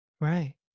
Right